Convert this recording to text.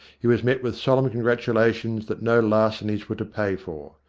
he was met with solemn congratulations that no larcenies were to pay for.